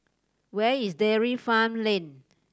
where is Dairy Farm Lane